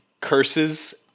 curses